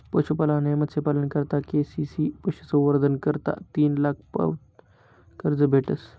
पशुपालन आणि मत्स्यपालना करता के.सी.सी पशुसंवर्धन करता तीन लाख पावत कर्ज भेटस